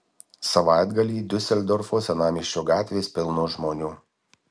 savaitgalį diuseldorfo senamiesčio gatvės pilnos žmonių